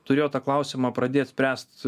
turėjo tą klausimą pradėt spręst